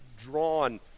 drawn